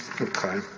Okay